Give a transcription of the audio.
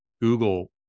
Google